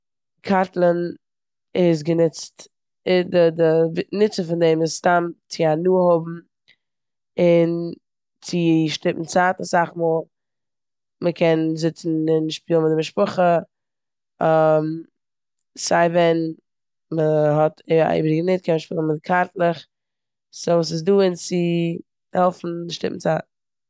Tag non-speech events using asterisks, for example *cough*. קארטלען איז גענוצט אי- ד- די- די נוצן פון דעם איז סתם צו הנאה האבן און צו שטיפן צייט אסאך מאל. מ'קען זיצן און שפילן מיט די משפחה *hesitation* סיי ווען מ'האט *hesitation* א איבעריגע מינוט קען מען שפילן קארטלעך סאו ס'דא אונז צו העלפן שטופן צייט.